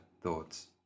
thoughts